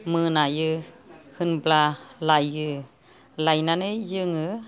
मोनायो होनब्ला लायो लायनानै जोङो